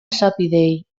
esapideei